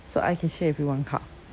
so I can share with you one cup